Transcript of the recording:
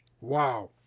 Wow